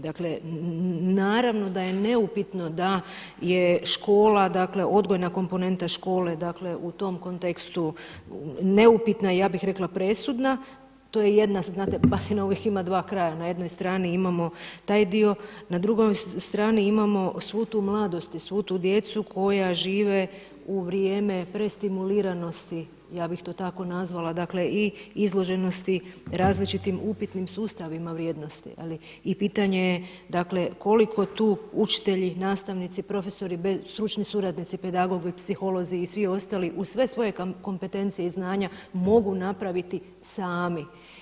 Dakle naravno da je neupitno da je škola, dakle odgojna komponenta škole dakle u tom kontekstu neupitna i ja bih rekla presudna, to je jedna, znate batina uvijek ima dva kraja, na jednoj strani imamo taj dio, na drugoj strani imamo svu tu mladost i svu tu djecu koja žive u vrijeme prestimuliranosti, ja bih to tako nazvala, dakle i izloženosti različitim upitnim sustavima vrijednosti, ali i pitanje je dakle koliko tu učitelji, nastavnici, profesori, stručni suradnici, pedagozi, psiholozi i svi ostali uz sve svoje kompetencije i znanja mogu napraviti sami.